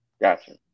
Gotcha